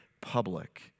public